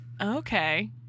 okay